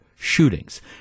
shootings